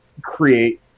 create